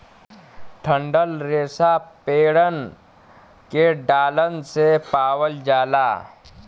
डंठल रेसा पेड़न के डालन से पावल जाला